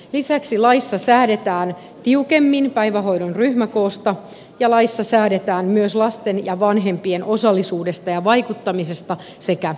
lisäksi laissa säädetään tiukemmin päivähoidon ryhmäkoosta ja laissa säädetään myös lasten ja vanhempien osallisuudesta ja vaikuttamisesta sekä yhteistyöstä